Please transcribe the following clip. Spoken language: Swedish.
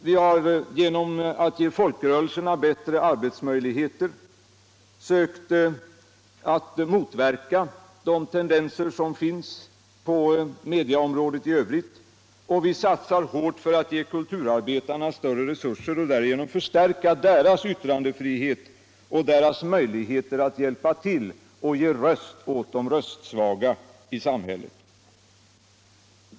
Vi har genom att ge folkrörelserna bättre arbetsmöjligheter sökt motverka de tendenser som finns på medieområdet i övrigt. Och vi satsar hårt för att ge kulturarbetarna större resurser och därigenom förstärka deras vttrandefrihet och deras möjligheter att hjälpa till att ge röst åt de röstsvaga I samhället.